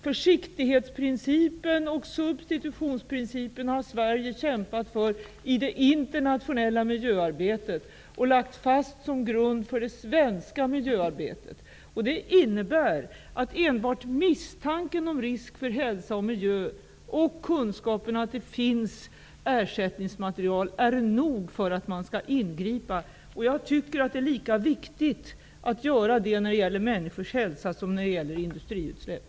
Försiktighetsprincipen och substitutionsprincipen har Sverige kämpat för i det internationella miljöarbetet och lagt fast som grund för det svenska miljöarbetet. Det innebär att enbart misstanken om risk för hälsa och miljö och kunskapen om att det finns ersättningsmaterial är nog för att man skall ingripa. Jag tycker att detta är lika viktigt när det gäller människors hälsa som när det gäller industriutsläpp.